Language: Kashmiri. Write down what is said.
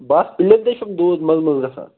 بَس پیلیٚن تہِ چھُم دود منٛزٕ منٛزٕ گَژھان